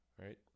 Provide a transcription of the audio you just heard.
right